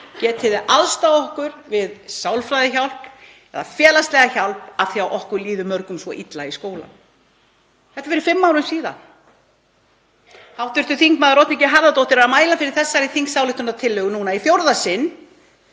Getið þið aðstoðað okkur við sálfræðihjálp eða félagslega hjálp af því að okkur líður mörgum svo illa í skóla? Þetta var fyrir fimm árum síðan. Hv. þm. Oddný G. Harðardóttir er að mæla fyrir þessari þingsályktunartillögu núna í fjórða sinn.